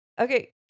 Okay